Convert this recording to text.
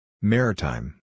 Maritime